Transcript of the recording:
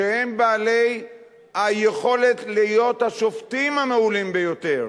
שהם בעלי היכולת להיות השופטים המעולים ביותר.